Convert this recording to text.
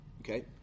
Okay